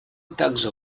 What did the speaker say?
также